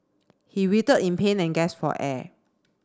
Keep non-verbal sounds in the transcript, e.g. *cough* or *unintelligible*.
he *unintelligible* in pain and gasped for air